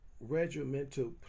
regimental